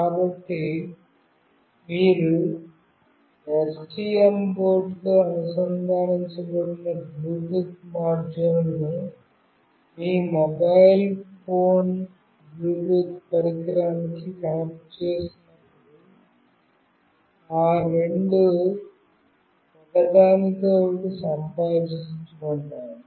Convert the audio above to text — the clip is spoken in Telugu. కాబట్టి మీరు STM బోర్డ్తో అనుసంధానించబడిన బ్లూటూత్ మాడ్యూల్ను మీ మొబైల్ ఫోన్ బ్లూటూత్ పరికరానికి కనెక్ట్ చేస్తున్నప్పుడు ఈ రెండు ఒకదానితో ఒకటి సంభాషించుకుంటాయి